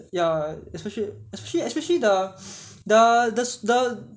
ya especia~ especially especially the the the